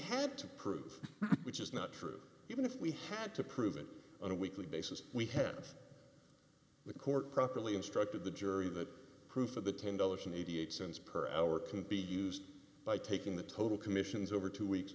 had to prove which is not true even if we had to prove it on a weekly basis we have the court properly instructed the jury that proof of the ten dollars eighty eight cents per hour can be used by taking the total commissions over two weeks